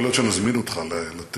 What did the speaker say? יכול להיות שנזמין אותך לתת,